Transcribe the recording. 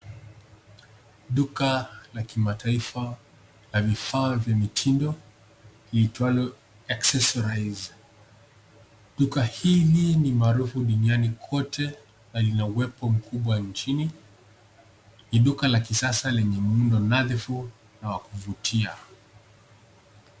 Duka la kimataifa la vifaa vya mitindo liitwalo Accessorize. Duka hili ni maarufu duniani kote na lina uwepo mkubwa nchini. Ni duka la kisasa lenye muundo nadhifu na wa kuvutia.